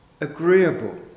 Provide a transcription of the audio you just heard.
agreeable